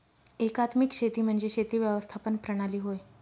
एकात्मिक शेती म्हणजे शेती व्यवस्थापन प्रणाली होय